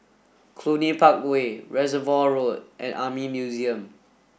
Cluny Park Way Reservoir Road and Army Museum